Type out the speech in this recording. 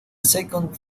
second